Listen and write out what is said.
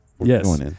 yes